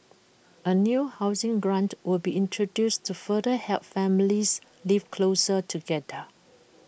A new housing grant will be introduced to further help families live closer together